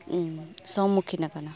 ᱥᱟᱢᱟᱝ ᱟᱠᱟᱱᱟ